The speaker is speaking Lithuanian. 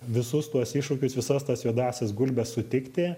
visus tuos iššūkius visas tas juodąsias gulbes sutikti